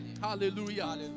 Hallelujah